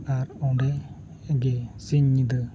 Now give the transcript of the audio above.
ᱟᱨ ᱚᱸᱰᱮ ᱜᱮ ᱥᱤᱧ ᱧᱤᱫᱟᱹ